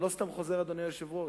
אני לא סתם חוזר, אדוני היושב-ראש.